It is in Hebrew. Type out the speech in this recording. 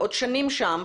עוד שנים שם,